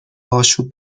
آشوب